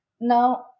Now